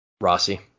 Rossi